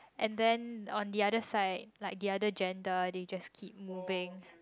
and then on the other side like the other gender they just keep moving